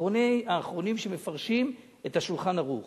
"טורי זהב" אחרוני האחרונים שמפרשים את ה"שולחן ערוך".